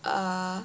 uh